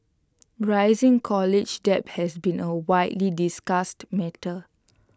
rising college debt has been A widely discussed matter